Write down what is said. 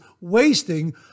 wasting